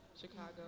Chicago